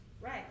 Right